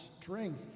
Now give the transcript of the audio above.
strength